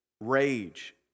rage